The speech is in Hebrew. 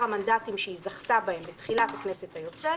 המנדטים שהיא זכתה בהם בתחילת הכנסת היוצאת